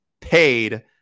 paid